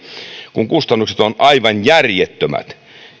kun kustannukset ovat aivan järjettömät